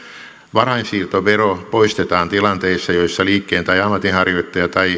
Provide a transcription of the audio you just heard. varainsiirtovero poistetaan tilanteissa joissa liikkeen tai ammatinharjoittaja tai